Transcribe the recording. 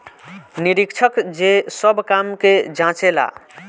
निरीक्षक जे सब काम के जांचे ला